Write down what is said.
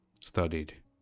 studied